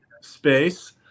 space